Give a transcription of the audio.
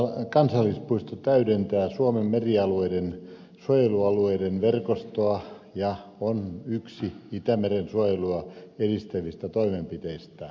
selkämeren kansallispuisto täydentää suomen merialueiden suojelualueiden verkostoa ja on yksi itämeren suojelua edistävistä toimenpiteistä